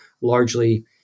largely